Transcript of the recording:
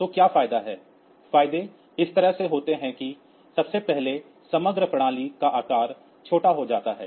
तो क्या फायदा है फायदे इस तरह से होते हैं कि सबसे पहले समग्र प्रणाली का आकार छोटा हो जाता है